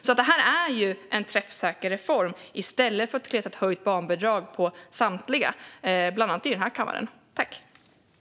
Detta är alltså en träffsäker reform, till skillnad från att kleta ett höjt barnbidrag på samtliga, bland annat ledamöter av den här kammaren.